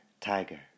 tiger